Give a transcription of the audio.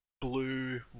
blue